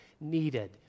needed